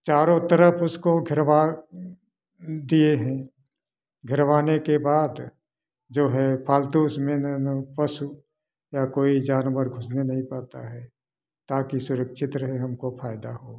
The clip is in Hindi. चारों तरफ उसको घेरवा दिए हैं घेरवाने के बाद जो है फालतू उसमें ना ना पशु या कोई जानवर घुसने नही पाता है ताकि सुरक्षित रहे हमको फायदा हो